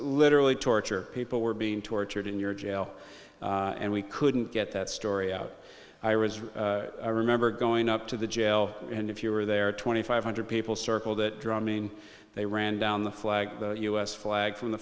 literally torture people were being tortured in your jail and we couldn't get that story out i was i remember going up to the jail and if you were there twenty five hundred people circle that drumming they ran down the flag the u s flag